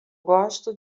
gosto